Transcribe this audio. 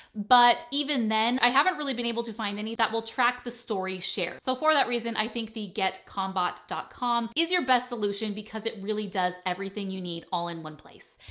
but even then i haven't really been able to find any that will track the story share. so for that reason, i think the get combat dot com is your best solution because it really does everything you need all in one place.